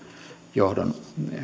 johdon